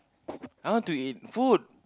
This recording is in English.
I want to eat food